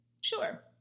Sure